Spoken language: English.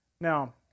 Now